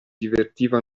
divertiva